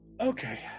Okay